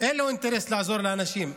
אין לו אינטרס לעזור לאנשים.